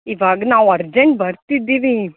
ಇವಾಗ ನಾವು ಅರ್ಜೆಂಟ್ ಬರ್ತಿದ್ದೀವಿ